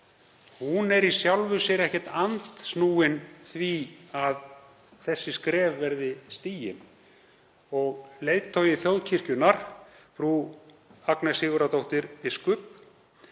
er í sjálfu sér ekki andsnúin því að þessi skref verði stigin og leiðtogi þjóðkirkjunnar, frú Agnes Sigurðardóttir biskup,